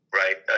right